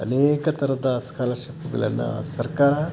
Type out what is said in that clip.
ಅನೇಕ ಥರದ ಸ್ಕಾಲರ್ಶಿಪ್ಗಳನ್ನು ಸರ್ಕಾರ